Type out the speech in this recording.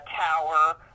Tower